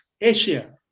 Asia